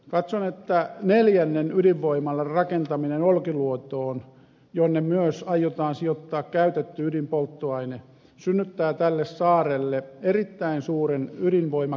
katson että neljännen ydinvoimalan rakentaminen olkiluotoon jonne myös aiotaan sijoittaa käytetty ydinpolttoaine synnyttää tälle saarelle erittäin suuren ydinvoimakeskittymän